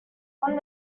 one